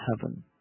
heaven